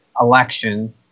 election